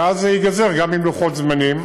ואז זה ייגזר גם עם לוחות זמנים.